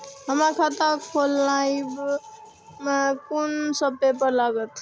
हमरा खाता खोलाबई में कुन सब पेपर लागत?